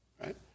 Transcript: right